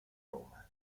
roma